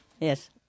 Yes